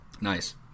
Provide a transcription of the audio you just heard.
Nice